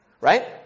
right